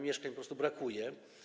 Mieszkań po prostu brakuje.